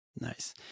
nice